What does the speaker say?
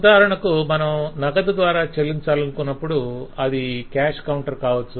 ఉదాహరణకు మనం నగదు ద్వారా చెల్లించాలనుకొన్నప్పుడు అది కాష్ కౌంటర్ కావచ్చు